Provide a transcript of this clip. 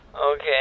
okay